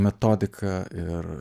metodiką ir